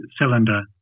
cylinder